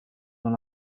dans